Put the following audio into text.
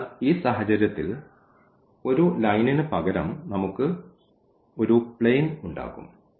അതിനാൽ ഈ സാഹചര്യത്തിൽ ഒരു ലൈനിന് പകരം നമുക്ക് ഒരു പ്ലെയിൻ ഉണ്ടാകും